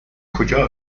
کجا